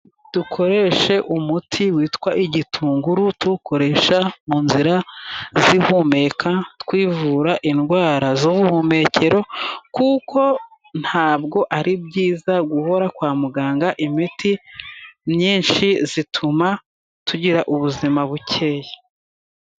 Dukoreshe umuti witwa igitunguru, tuwukoresha mu nzira z'ihumeka twivura indwara z'ubuhumekero, kuko ntabwo ari byiza guhora kwa muganga, imiti myinshi ituma tugira ubuzima bukeya.